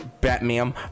Batman